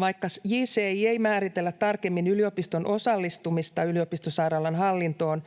Vaikka JCI:ssä ei määritellä tarkemmin yliopiston osallistumista yliopistosairaalan hallintoon,